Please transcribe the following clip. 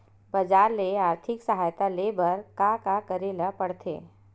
बजार ले आर्थिक सहायता ले बर का का करे ल पड़थे?